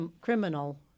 criminal